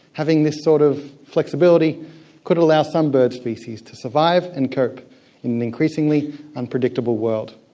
having this sort of flexibility could allow some bird species to survive and cope in an increasingly unpredictable world.